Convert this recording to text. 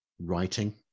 writing